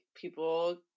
people